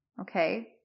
Okay